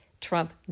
Trump